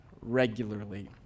regularly